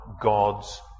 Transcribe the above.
God's